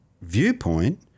viewpoint